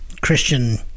Christian